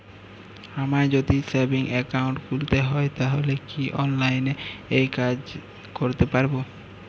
আমায় যদি savings account খুলতে হয় তাহলে কি অনলাইনে এই কাজ করতে পারবো?